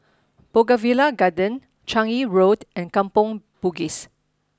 Bougainvillea Garden Changi Road and Kampong Bugis